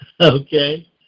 Okay